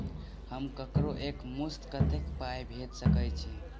हम ककरो एक मुस्त कत्तेक पाई भेजि सकय छी?